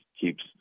keeps